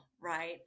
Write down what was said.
right